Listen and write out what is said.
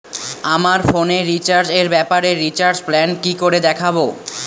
আমার ফোনে রিচার্জ এর ব্যাপারে রিচার্জ প্ল্যান কি করে দেখবো?